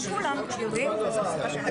מי נגד?